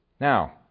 Now